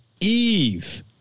Eve